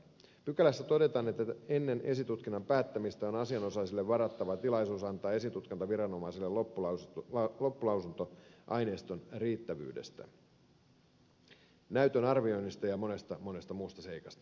pykälässä todetaan että ennen esitutkinnan päättämistä on asianosaiselle varattava tilaisuus antaa esitutkintaviranomaiselle loppulausunto aineiston riittävyydestä näytön arvioinnista ja monesta monesta muusta seikasta